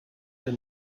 der